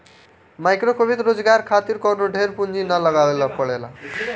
माइक्रोवित्त रोजगार खातिर कवनो ढेर पूंजी ना लगावे के पड़ेला